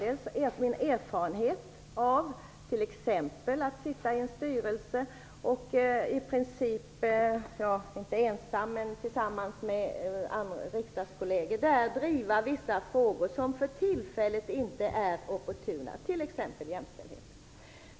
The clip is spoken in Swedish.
Dels har jag erfarenhet av att sitta i en styrelse och tillsammans med riksdagskolleger där driva vissa frågor som för tillfället inte är opportuna, t.ex. jämställdheten.